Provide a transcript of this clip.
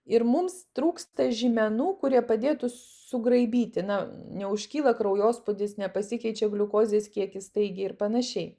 ir mums trūksta žymenų kurie padėtų sugraibyti na neužkyla kraujospūdis nepasikeičiau gliukozės kiekis staigiai ir panašiai